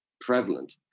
prevalent